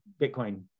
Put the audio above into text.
Bitcoin